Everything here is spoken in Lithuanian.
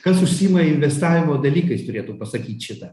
kas užsiima investavimo dalykais turėtų pasakyt šitą